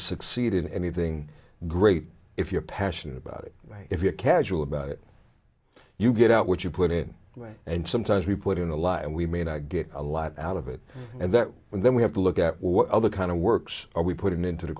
succeed in anything great if you're passionate about it if you're a casual about it you get out what you put in and sometimes we put in a lie and we may not get a lot out of it and that and then we have to look at what other kind of works we put into the